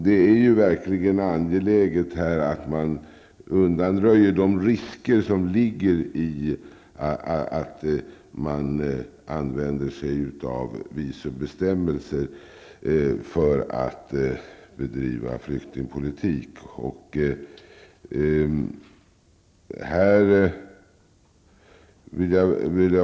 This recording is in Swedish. Det är här verkligen angeläget att man undanröjer de risker som ligger i att man använder sig av visumbestämmelser för att bedriva flyktingpolitik.